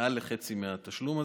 מעל לחצי מהתשלום הזה,